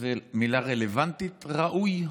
זו מילה רלוונטית, "ראוי"?